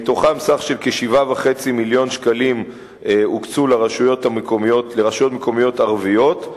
ומתוכם סכום של כ-7.5 מיליוני שקלים הוקצו לרשויות המקומיות הערביות,